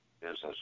business